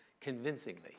convincingly